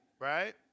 right